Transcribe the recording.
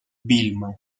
vilma